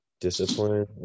discipline